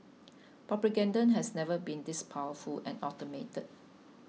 propaganda has never been this powerful and automated